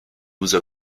user